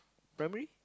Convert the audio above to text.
primary